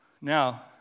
Now